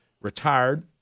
retired